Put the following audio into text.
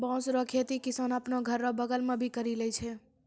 बाँस रो खेती किसान आपनो घर रो बगल मे भी करि लै छै